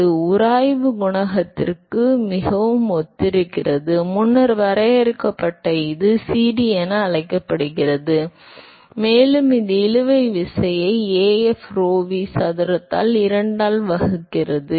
எனவே உராய்வு குணகத்திற்கு மிகவும் ஒத்திருக்கிறது முன்னர் வரையறுக்கப்பட்ட இது CD என அழைக்கப்படுகிறது மேலும் இது இழுவை விசையை Af rho V சதுரத்தால் 2 ஆல் வகுக்கப்படுகிறது